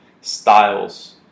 styles